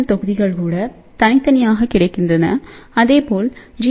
M தொகுதிகள் கூடதனித்தனியாககிடைக்கின்றன அதே போல் ஜி